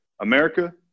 America